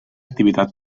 activitat